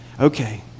okay